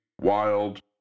Wild